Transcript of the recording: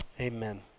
Amen